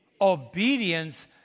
Obedience